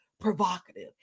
Provocative